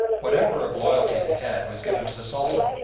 whatever of loyalty they had was given to the sultan,